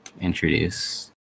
introduce